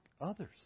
others